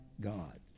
God